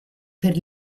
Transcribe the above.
per